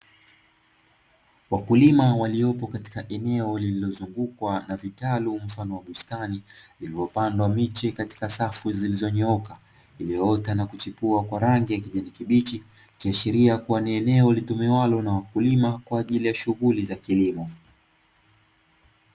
Wakulima waliopo katika eneo lililozungukwa na vitalu mfano wa bustani, lililopandwa miche katika safu zilizonyooka ilioota na kuchipua kwa rangi ya kijanikibichi kiashiria kuwa ni eneo litumiwalo na wakulima kwa ajili ya shughuli za kilimo.